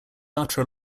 after